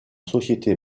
société